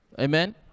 amen